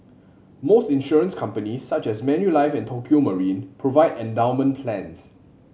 most insurance companies such as Manulife and Tokio Marine provide endowment plans